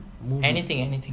anything anything